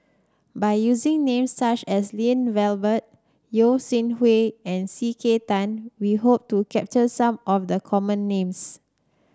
by using names such as Lloyd Valberg Yeo Shih Yun and C K Tang we hope to capture some of the common names